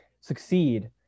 succeed